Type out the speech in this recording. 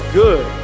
good